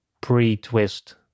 pre-twist